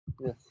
Yes